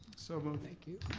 so moved. thank you.